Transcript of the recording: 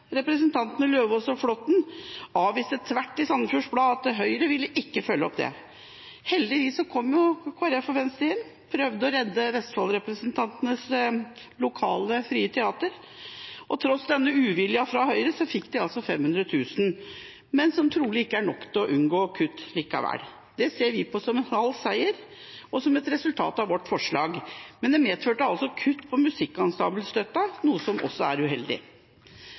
representantene Eidem Løvaas og Flåtten i Sandefjords Blad avviste tvert at Høyre ville følge opp det. Heldigvis kom Kristelig Folkeparti og Venstre inn og prøvde å redde Vestfold-representantenes lokale, frie teater, og tross denne uviljen fra Høyre fikk de altså 500 000 kr, som trolig ikke er nok til å unngå kutt likevel. Det ser vi på som en halv seier og et resultat av vårt forslag. Men det medførte kutt i musikkensemblestøtten, noe som også er uheldig.